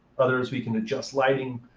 others we can adjust lighting.